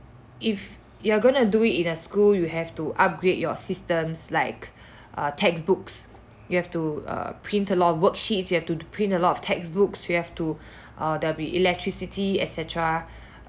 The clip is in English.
if you're gonna do it in a school you have to upgrade your systems like uh textbooks you have to err print a lot of worksheets you have to print a lot of textbooks you have to err there'll be electricity et cetera